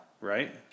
right